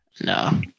No